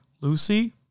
lucy